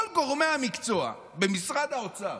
כל גורמי המקצוע במשרד האוצר,